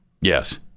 Yes